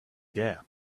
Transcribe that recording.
gap